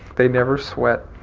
they never sweat.